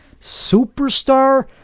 superstar